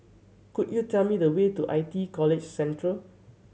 could you tell me the way to I T E College Central